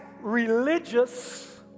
religious